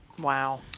Wow